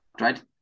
right